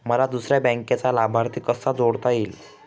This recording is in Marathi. मला दुसऱ्या बँकेचा लाभार्थी कसा जोडता येईल?